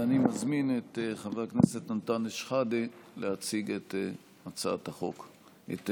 אני מזמין את חבר הכנסת אנטאנס שחאדה להציג את הצעת האי-אמון.